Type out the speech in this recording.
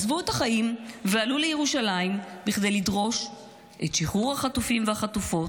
הם עזבו את החיים ועלו לירושלים כדי לדרוש את שחרור החטופים והחטופות,